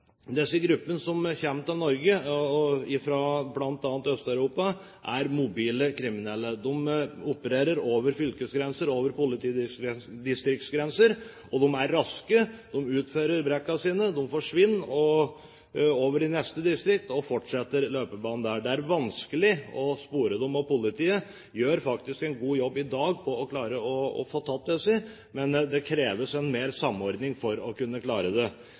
Disse gruppene, som kommer til Norge fra bl.a. Øst-Europa, er mobile kriminelle. De opererer over fylkesgrenser og over politidistriktsgrenser, og de er raske. De utfører brekkene sine, forsvinner over til neste distrikt og fortsetter løpebanen der. Det er vanskelig å spore dem, og politiet gjør faktisk en god jobb i dag med å klare å få tatt disse. Men det kreves mer samordning for å kunne klare det. Samordning mellom politidistriktene er et stikkord, og for at vi skal få til det,